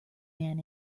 man